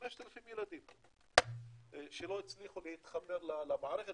5,000 ילדים שלא הצליחו להתחבר למערכת,